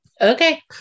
Okay